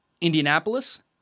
Indianapolis